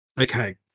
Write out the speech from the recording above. Okay